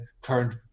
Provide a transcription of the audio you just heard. current